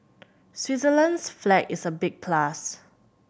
Switzerland's flag is a big plus